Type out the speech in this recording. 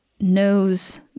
knows